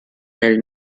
nel